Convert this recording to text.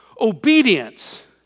obedience